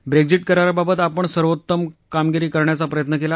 Brexit कराराबाबत आपण सर्वोत्तम कामगिरी करण्याचा प्रयत्न केला